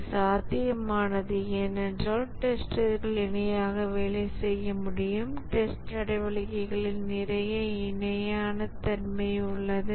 இது சாத்தியமானது ஏனெனில் டெஸ்டர்கள் இணையாக வேலை செய்ய முடியும் டெஸ்ட் நடவடிக்கைகளில் நிறைய இணையான தன்மை உள்ளது